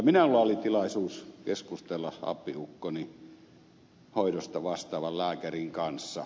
minulla oli tilaisuus keskustella appiukkoni hoidosta vastaavan lääkärin kanssa